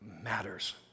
matters